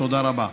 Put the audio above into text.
תודה רבה.